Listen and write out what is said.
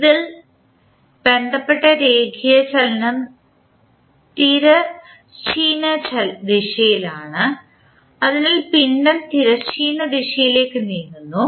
ഇതിൽ ബന്ധപ്പെട്ട രേഖീയ ചലനം തിരശ്ചീന ദിശയാണ് അതിനാൽ പിണ്ഡം തിരശ്ചീന ദിശയിലേക്ക് നീങ്ങുന്നു